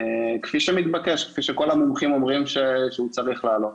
כפי שמתבקש וכפי שכל המומחים אומרים שהוא צריך לעלות.